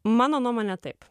mano nuomone taip